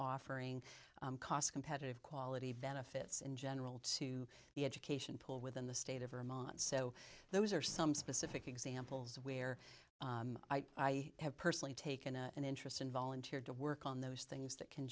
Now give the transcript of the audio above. offering cost competitive quality benefits in general to the education pool within the state of vermont so those are some specific examples of where i have personally taken an interest and volunteered to work on those things that can